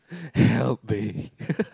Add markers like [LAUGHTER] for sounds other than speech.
[BREATH] help me [LAUGHS]